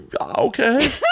Okay